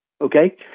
Okay